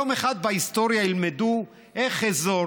יום אחד בהיסטוריה ילמדו איך אזור